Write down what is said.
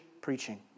preaching